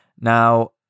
Now